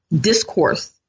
discourse